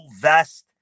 Vest